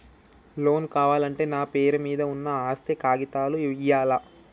Loan కావాలంటే నా పేరు మీద ఉన్న ఆస్తి కాగితాలు ఇయ్యాలా?